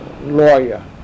lawyer